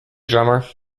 drummer